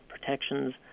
protections